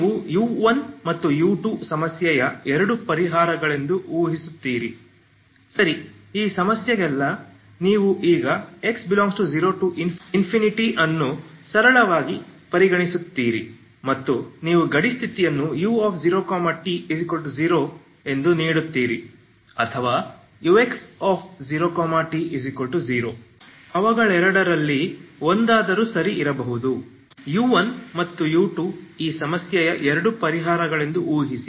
ನೀವು u1 ಮತ್ತು u2 ಸಮಸ್ಯೆಯ ಎರಡು ಪರಿಹಾರಗಳೆಂದು ಊಹಿಸುತ್ತೀರಿ ಸರಿ ಈ ಸಮಸ್ಯೆಗಲ್ಲ ನೀವು ಈಗ x∈0 ∞ ಅನ್ನು ಸರಳವಾಗಿ ಪರಿಗಣಿಸುತ್ತೀರಿ ಮತ್ತು ನೀವು ಗಡಿ ಸ್ಥಿತಿಯನ್ನು u0t0 ಎಂದು ನೀಡುತ್ತೀರಿ ಅಥವಾ ux0t0 ಅವುಗಳೆರಡರಲ್ಲಿ ಒಂದಾದರೂ ಸರಿ ಇರಬಹುದು u1 ಮತ್ತು u2 ಈ ಸಮಸ್ಯೆಯ ಎರಡು ಪರಿಹಾರಗಳೆಂದು ಊಹಿಸಿ